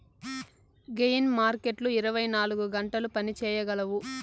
gain మార్కెట్లు ఇరవై నాలుగు గంటలు పని చేయగలవు